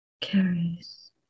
carries